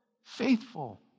Faithful